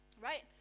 Right